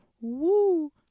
Woo